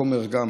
מקום ערגה.